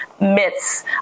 myths